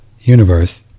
universe